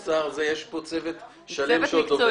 עם השר הזה יש פה צוות שלם שעוד עובד.